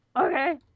Okay